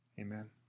Amen